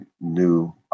new